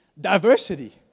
diversity